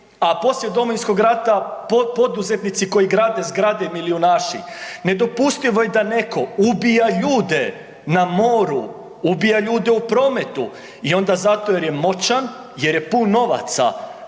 a poslije Domovinskog rata poduzetnici koji grade zgrade milijunaši, nedopustivo je da netko ubija ljude na moru, ubija ljude u prometu i onda zato jer je moćan, jer je pun novaca